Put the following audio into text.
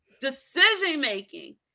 decision-making